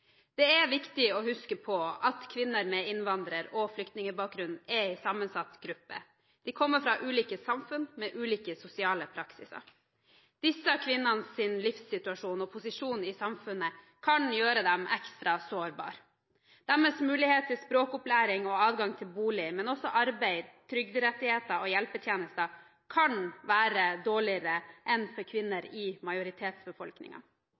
Det er viktig å huske at kvinner med innvandrer- og flyktningbakgrunn er en sammensatt gruppe. De kommer fra ulike samfunn, med ulike sosiale praksiser. Disse kvinnenes livssituasjon og posisjon i samfunnet kan gjøre dem ekstra sårbare. Deres muligheter til språkopplæring og adgang til bolig, arbeid, trygderettigheter og hjelpetjenester kan være dårligere enn for kvinner